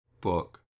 book